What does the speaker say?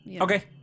Okay